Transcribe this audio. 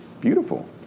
beautiful